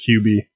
QB